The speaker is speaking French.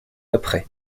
après